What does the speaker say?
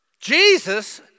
Jesus